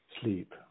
Sleep